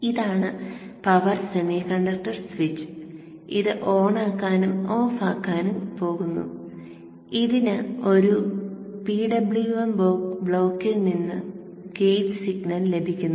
ഇതാണ് power semiconductor switch അത് ഓണാക്കാനും ഓഫാക്കാനും പോകുന്നു ഇതിന് ഒരു PWM ബ്ലോക്കിൽ നിന്ന് ഗേറ്റ് സിഗ്നൽ ലഭിക്കുന്നു